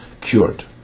cured